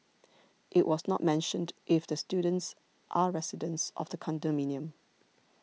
it was not mentioned if the students are residents of the condominium